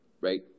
right